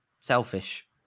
selfish